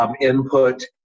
input